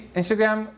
Instagram